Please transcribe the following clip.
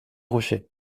rocher